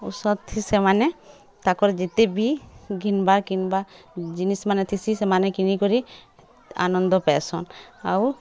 ଉସତ୍ଥି ସେମାନେ ତାଙ୍କର୍ ଯେତେ ବି ଘିନ୍ବା କିନ୍ବା ଜିନିଷ୍ମାନେ ଥିସି ସେମାନେ କିନିକରି ଆନନ୍ଦ ପାଏସନ୍ ଆଉ